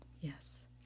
Yes